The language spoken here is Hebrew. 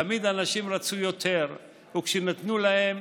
תמיד אנשים רצו יותר וכשנתנו להם,